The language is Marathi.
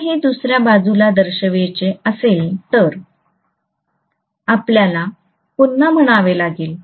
आपणास हे दुसर्या बाजूला दर्शवायचे असेल तर आपल्याला पुन्हा म्हणावे लागेल